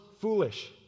foolish